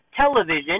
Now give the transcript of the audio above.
television